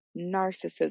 narcissism